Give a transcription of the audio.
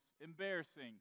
embarrassing